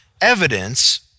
evidence